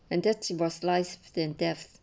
and that while sliced than death